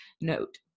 note